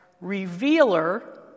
revealer